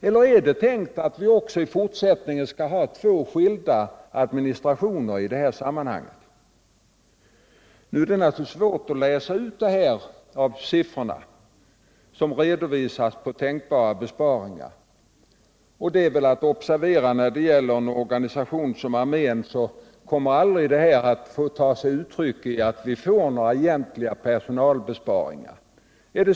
Eller är det tänkt att i fortsättningen ha två skilda administrationer? Nu är det naturligtvis svårt att läsa ut detta av de siffror beträffande tänkbara besparingar som redovisas, och det är att observera att för en organisation som armén blir det aldrig fråga om några egentliga personalbesparingar.